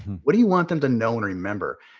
what do you want them to know and remember?